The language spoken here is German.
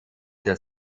der